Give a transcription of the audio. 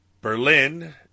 Berlin